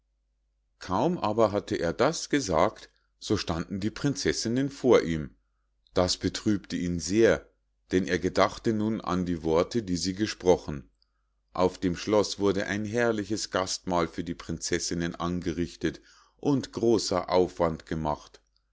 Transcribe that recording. kaum aber hatte er das gesagt so standen die prinzessinnen vor ihm das betrübte ihn sehr denn er gedachte nun an die worte die sie gesprochen auf dem schloß wurde ein herrliches gastmahl für die prinzessinnen angerichtet und großer aufwand gemacht